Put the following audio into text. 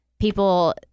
people